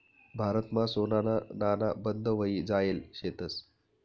भारतमा सोनाना नाणा बंद व्हयी जायेल शेतंस